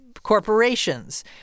corporations